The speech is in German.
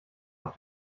auf